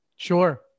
Sure